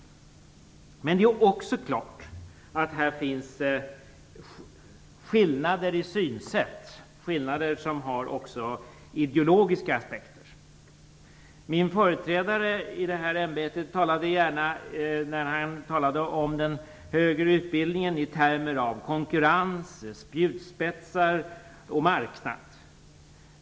Men det är också klart att det här finns skillnader i synsätt, skillnader som även har ideologiska aspekter. Min företrädare i detta ämbete talade gärna när det gällde den högre utbildningen i termer av konkurrens, spjutspetsar och marknad.